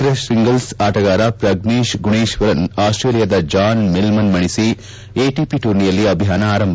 tennis ಅಗ್ರ singles ಆಟಗಾರ ಪ್ರಜ್ವೇಶ್ ಗುಣೇಶ್ವರನ್ ಆಸ್ವೇಲಿಯಾದ ಜಾನ್ ಮಿಲ್ಮನ್ ಮಣಿಸಿ ಎಟಪಿ ಟೂರ್ನಿಯಲ್ಲಿ ಅಭಿಯಾನ ಆರಂಭ